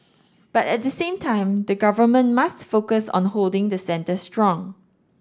but at the same time the Government must focus on holding the centre strong